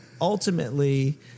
ultimately